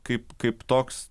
kaip kaip toks